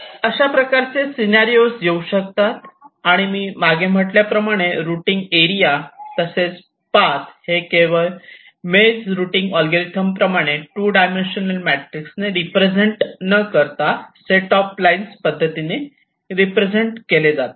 अशा प्रकारचे सिनारिओ येऊ शकतात आणि मी मागे म्हटल्याप्रमाणे रुटींग एरिया तसेच पाथ हे केवळ मेज रुटींग अल्गोरिदम प्रमाणे 2 डायमेन्शनल मॅट्रिक्स ने रिप्रेझेंट न करता सेट ऑफ लाईन पद्धतीने रिप्रेझेंट केले जातात